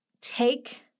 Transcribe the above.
take